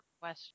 question